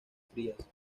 frías